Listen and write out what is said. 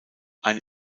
ein